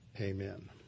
Amen